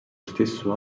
stesso